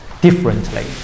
differently